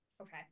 okay